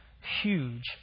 huge